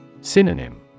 Synonym